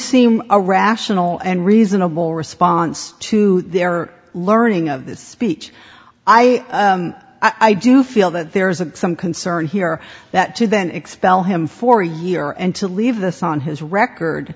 seem a rational and reasonable response to their learning of this speech i i do feel that there is some concern here that to then expel him for a year and to leave this on his record